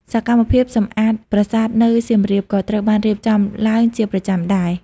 សកម្មភាពសម្អាតប្រាសាទនៅសៀមរាបក៏ត្រូវបានរៀបចំឡើងជាប្រចាំដែរ។